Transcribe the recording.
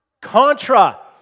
Contra